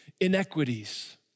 inequities